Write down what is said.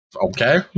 Okay